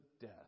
death